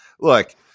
look